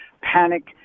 panic